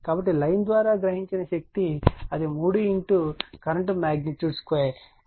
కాబట్టి లైన్ ద్వారా గ్రహించిన శక్తి అది 3 కరెంట్ మాగ్నిట్యూడ్ 2 6